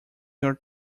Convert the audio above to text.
your